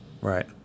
Right